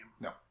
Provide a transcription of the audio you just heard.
No